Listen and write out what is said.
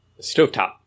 Stovetop